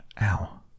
ow